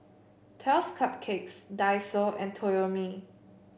Twelve Cupcakes Daiso and Toyomi